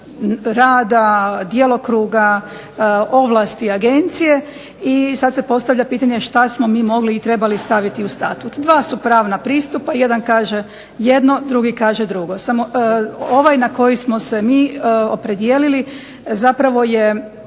rada djelokruga ovlasti agencije i sad se postavlja pitanje što smo mi mogli i trebali staviti u Statut. Dva su pravna pristupa. Jedan kaže jedno, drugi kaže drugo. Samo ovaj na koji smo se mi opredijelili zapravo je